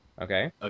Okay